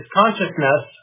consciousness